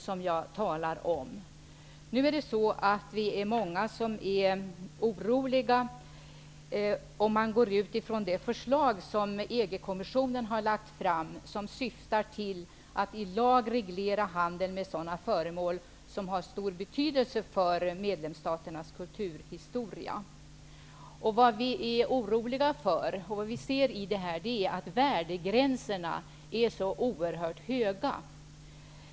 Vi är emellertid många som är oroliga med tanke på det förslag som EG-kommissionen har lagt fram och som syftar till att i lag reglera handel med sådana föremål som har stor betydelse för medlemsstaternas kulturhistoria. Vad vi är oroliga för och vad vi ser i detta förslag är att värdegränserna är så oerhört högt satta.